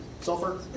Sulfur